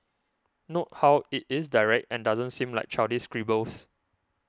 note how it is direct and doesn't seem like childish scribbles